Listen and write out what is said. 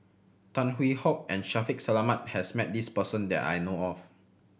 Tan Hwee Hock and Shaffiq Selamat has met this person that I know of